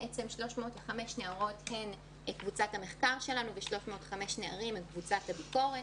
305 נערות הן קבוצת המחקר שלנו ו-305 נערים הם קבוצת הביקורת.